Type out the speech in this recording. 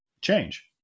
change